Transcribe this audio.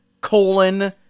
colon